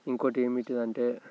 ఇంకొకటి ఏంటంటే